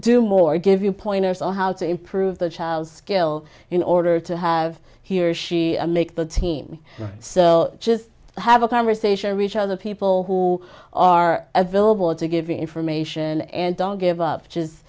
do more give you pointers on how to improve the child skill in order to have he or she make the team so just have a conversation reach other people who are available to give information and don't give up just